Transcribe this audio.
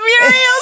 muriel